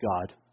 God